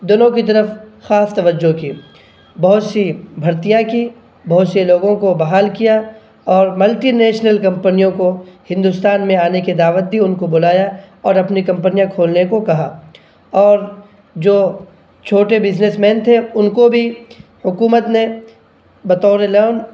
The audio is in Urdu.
دونوں کی طرف خاص توجہ کی بہت سی بھرتیاں کیں بہت سے لوگوں کو بحال کیا اور ملٹی نیشنل کمپنیوں کو ہندوستان میں آنے کی دعوت دی ان کو بلایا اور اپنی کمپنیاں کھولنے کو کہا اور جو چھوٹے بزنس مین تھے ان کو بھی حکومت نے بطور لون